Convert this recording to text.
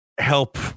help